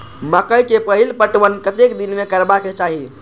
मकेय के पहिल पटवन कतेक दिन में करबाक चाही?